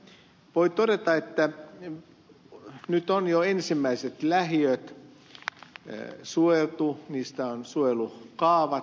voi todeta että nyt on jo ensimmäiset lähiöt suojeltu niistä on suojelukaavat